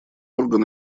орган